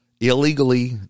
illegally